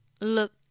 look